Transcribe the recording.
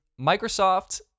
Microsoft